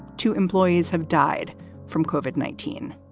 two employees have died from cova, nineteen